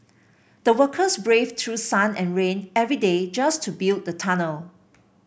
the workers braved through sun and rain every day just to build the tunnel